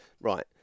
right